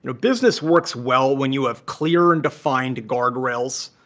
you know business works well when you have clear and defined guardrails.